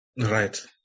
Right